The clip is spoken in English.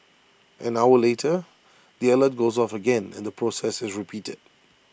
an hour later the alert goes off again and the process is repeated